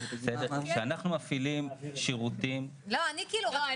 אני מבקשת להבהיר שחוק ביטוח בריאות ממלכתי לא מייצר